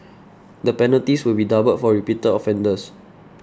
the penalties will be doubled for repeated offenders